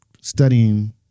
studying